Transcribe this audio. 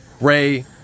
Ray